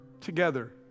together